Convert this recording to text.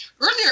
Earlier